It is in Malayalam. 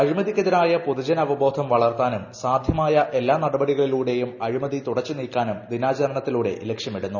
അഴിമതിക്കെതിരായ പൊതുജന അവബോധം വളർത്താനും സാധ്യമായ എല്ലാ നടപടികളിലൂടെയും അഴിമതി തുടച്ചു നീക്കാനും ദിനാചരണത്തിലൂടെ ലക്ഷ്യമിടുന്നു